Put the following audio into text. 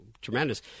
tremendous